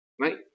right